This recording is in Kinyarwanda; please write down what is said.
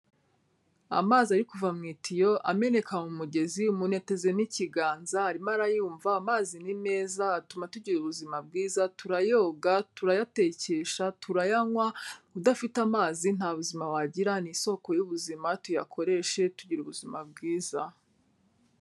Amazi ari kuva mu itiyo ameneka mu mugezi, umuntu yatezeho ikiganza, arimo arayumva, amazi ni meza, atuma tugira ubuzima bwiza, turayoga, turayatekesha, turayanywa, udafite amazi nta buzima wagira, ni isoko y'ubuzima tuyakoreshe tugira ubuzima bwiza.